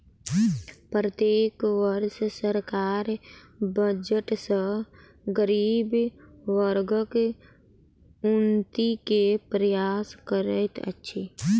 प्रत्येक वर्ष सरकार बजट सॅ गरीब वर्गक उन्नति के प्रयास करैत अछि